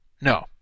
No